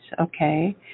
okay